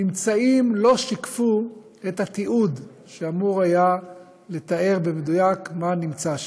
הממצאים לא שיקפו את התיעוד שאמור היה לתאר במדויק מה נמצא שם.